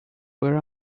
where